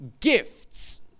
gifts